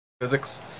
physics